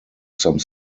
some